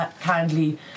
kindly